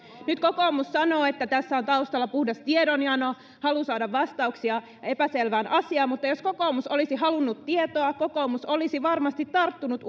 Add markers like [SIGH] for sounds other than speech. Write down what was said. nyt kokoomus sanoo että tässä on taustalla puhdas tiedonjano halu saada vastauksia epäselvään asiaan mutta jos kokoomus olisi halunnut tietoa kokoomus olisi varmasti tarttunut [UNINTELLIGIBLE]